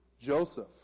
Joseph